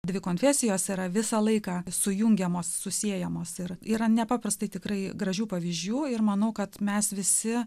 dvi konfesijos yra visą laiką sujungiamos susiejamos ir yra nepaprastai tikrai gražių pavyzdžių ir manau kad mes visi